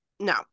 No